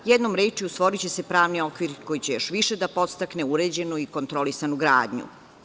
Jednom rečju, stvoriće se pravni okvir koji će još više da podstakne uređenu i kontrolisanu gradnju.